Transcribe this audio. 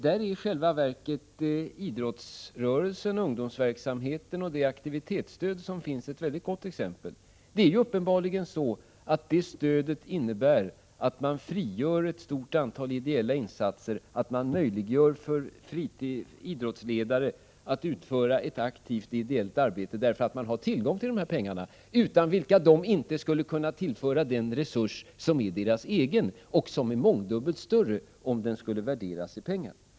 Där är i själva verket idrottsrörelsens ungdomsverksamhet och det aktivitetsstöd som ges till denna verksamhet ett väldigt gott exempel. Det stödet innebär uppenbarligen att man frigör ett stort antal ideella insatser, att man möjliggör för idrottsledare att utföra ett aktivt ideellt arbete, därför att de har tillgång till de här pengarna, utan vilka de inte skulle kunna tillföra den resurs som är deras egen och som faktiskt är mångdubbelt större om den skulle värderas i pengar.